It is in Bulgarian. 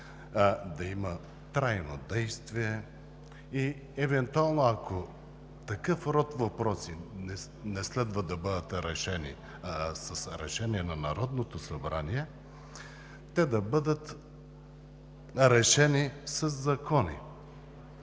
да има трайно действие. Евентуално, ако такъв род въпроси не следва да бъдат решени с Решение на Народното събрание, те да бъдат решени със закони.